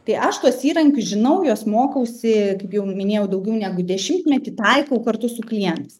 tai aš tuos įrankius žinau juos mokausi jau minėjau daugiau negu dešimtmetį taikau kartu su klientais